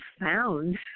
found